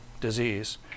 disease